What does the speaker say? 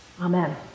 Amen